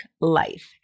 Life